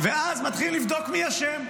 ואז מתחילים לבדוק מי אשם.